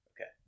Okay